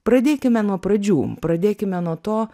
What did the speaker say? pradėkime nuo pradžių pradėkime nuo to